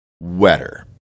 wetter